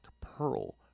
pearl